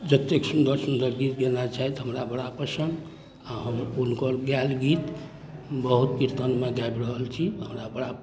जतेक सुन्दर सुन्दर गीत गेने छथि हमरा बड़ा पसन्द आ हम हुनकर गायल गीत बहुत कीर्तनमे गाबि रहल छी हमरा बड़ा